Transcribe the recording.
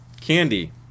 candy